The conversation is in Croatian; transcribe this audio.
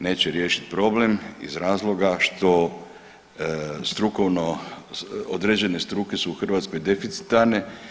Neće riješit problem iz razloga što strukovno, određene struke su u Hrvatskoj deficitarne.